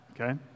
okay